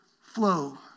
flow